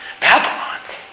Babylon